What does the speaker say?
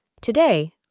Today